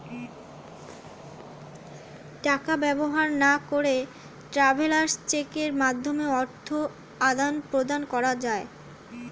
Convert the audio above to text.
টাকা ব্যবহার না করে ট্রাভেলার্স চেকের মাধ্যমে অর্থ আদান প্রদান করা যায়